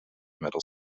middle